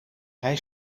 hij